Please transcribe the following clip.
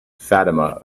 fatima